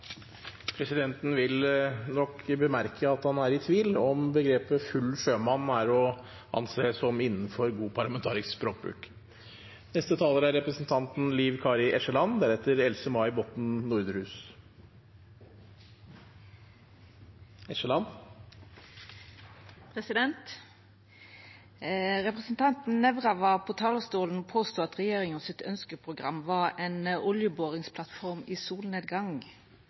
Presidenten vil bemerke at han er i tvil om uttrykket «full sjømann» er å anse for å være innenfor god parlamentarisk språkbruk. Representanten Nævra var på talarstolen og påstod at regjeringas ønskeprogram var ei oljeboringsplattform i solnedgang.